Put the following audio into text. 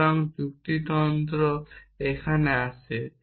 সুতরাং যুক্তি যন্ত্র এখানে আসে